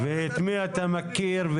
-- את מי אתה מכיר,